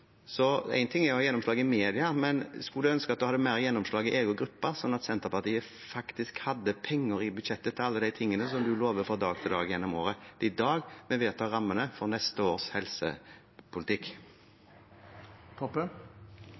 Så en ting er å ha gjennomslag i mediene, men skulle hun ønske at hun hadde mer gjennomslag i egen gruppe, slik at Senterpartiet faktisk hadde penger i budsjettet til alle de tingene som hun lover fra dag til dag gjennom året? Det er i dag vi vedtar rammene for neste års helsepolitikk.